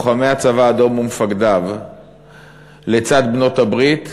לוחמי הצבא האדום ומפקדיו לצד בעלות-הברית,